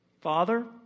Father